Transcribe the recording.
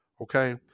Okay